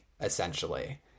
essentially